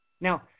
Now